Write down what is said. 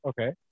Okay